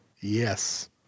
yes